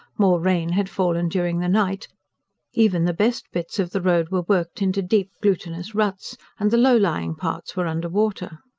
more rain had fallen during the night even the best bits of the road were worked into deep, glutinous ruts, and the low-lying parts were under water.